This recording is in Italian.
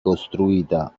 costruita